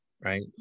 right